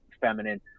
feminine